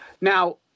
Now